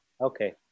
Okay